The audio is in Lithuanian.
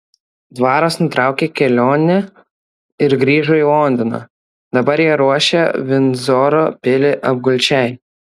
dvaras nutraukė kelionę ir grįžo į londoną dabar jie ruošia vindzoro pilį apgulčiai